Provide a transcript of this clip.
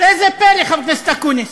ראה זה פלא, חבר הכנסת אקוניס,